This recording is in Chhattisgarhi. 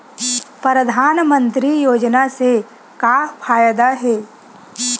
परधानमंतरी योजना से का फ़ायदा हे?